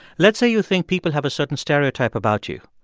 let's say you think people have a certain stereotype about you.